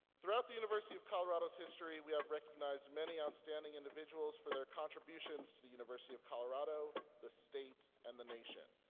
throughout the university of colorado's history, we have recognized many outstanding individuals for their contributions to the university of colorado, the state, and the nation.